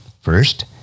First